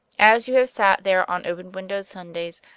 as you have sat there on open-windowed sundays,